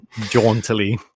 Jauntily